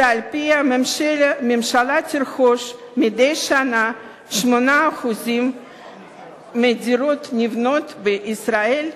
שלפיה הממשלה תרכוש מדי שנה 8% מהדירות הנבנות בישראל,